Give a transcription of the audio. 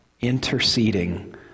interceding